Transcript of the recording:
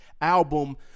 album